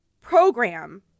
program